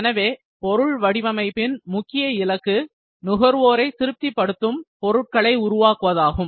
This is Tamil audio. எனவே பொருள் வடிவமைப்பின் முக்கிய இலக்கு நுகர்வோரை திருப்திப்படுத்தும் பொருட்களை உருவாக்குவதாகும்